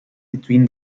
between